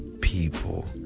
people